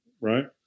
right